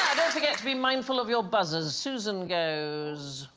forget to be mindful of your buzzers susan goes